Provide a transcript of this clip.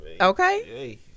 Okay